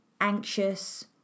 anxious